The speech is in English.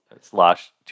slash